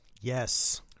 Yes